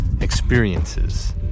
experiences